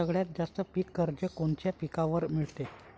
सगळ्यात जास्त पीक कर्ज कोनच्या पिकावर मिळते?